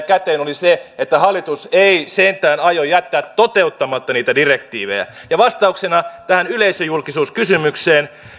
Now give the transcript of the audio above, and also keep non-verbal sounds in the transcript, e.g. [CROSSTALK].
[UNINTELLIGIBLE] käteen oli se että hallitus ei sentään aio jättää toteuttamatta niitä direktiivejä vastauksena tähän yleisöjulkisuuskysymykseen